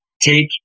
Take